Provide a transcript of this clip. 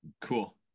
Cool